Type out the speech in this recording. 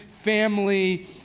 family